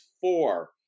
four